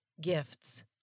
gifts